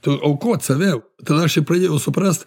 tu aukot save tada aš ir pradėjau suprast